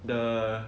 the